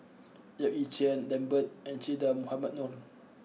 Yap Ee Chian Lambert and Che Dah Mohamed Noor